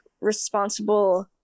responsible